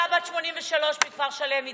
השבוע פינו אישה בת 83 בכפר שלם מדירתה.